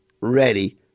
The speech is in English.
ready